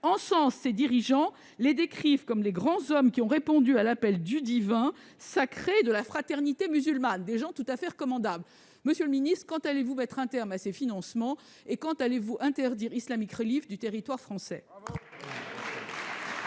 encensent ses dirigeants et les décrivent comme de « grands hommes qui ont répondu à l'appel du divin sacré de la fraternité musulmane »! Ce sont là des gens tout à fait recommandables ... Monsieur le ministre, quand allez-vous mettre un terme à ces financements ? Quand allez-vous interdire Islamic Relief Worldwide sur le territoire français ?